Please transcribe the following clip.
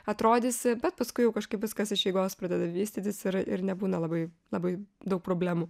atrodysi bet paskui jau kažkaip viskas iš eigos pradeda vystytis ir ir nebūna labai labai daug problemų